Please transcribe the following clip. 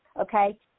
Okay